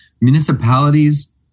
Municipalities